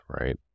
right